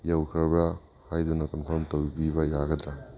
ꯌꯧꯈ꯭ꯔꯕ꯭ꯔ ꯍꯥꯏꯗꯨꯅ ꯀꯟꯐꯥꯝ ꯇꯧꯕꯤꯕ ꯌꯥꯒꯗ꯭ꯔ